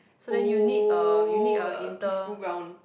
oh a peaceful ground